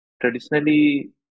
traditionally